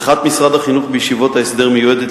תמיכת משרד החינוך בישיבות ההסדר מיועדת